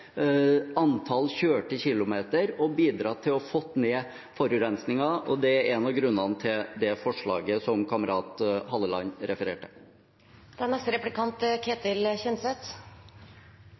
antall kjørte kilometer og bidra til å få ned forurensningen. Det er en av grunnene til det forslaget som kamerat Halleland refererte